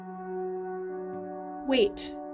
Wait